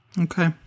Okay